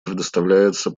предоставляется